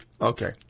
Okay